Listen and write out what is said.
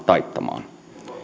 taittamaan